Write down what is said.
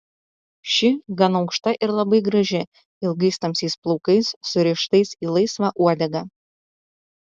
ši gan aukšta ir labai graži ilgais tamsiais plaukais surištais į laisvą uodegą